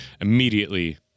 immediately